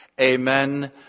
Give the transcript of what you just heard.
amen